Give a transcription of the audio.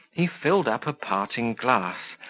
he filled up a parting glass,